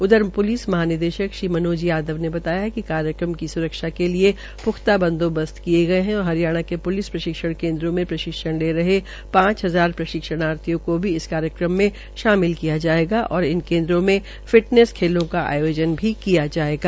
उधर प्लिस महानिदेशक श्री मनोज यादव ने बताया कि कार्यक्रम की स्रक्षा के लिए प्ख्ता बंदोबस्त किये गये है और हरियाणा के प्लिस प्रशिक्षण ले रहे पांच हजार प्रशिक्षणाथियों को भी इस कार्यक्रम में शामिल किया जायेगा तथा इन केन्द्रों में फिटनेस खेलों का आयोजन भी किया जायेगा